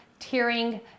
tearing